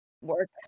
work